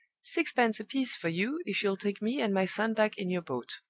sixpence apiece for you, if you'll take me and my son back in your boat!